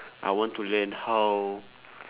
I want to learn how